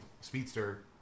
speedster